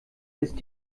ist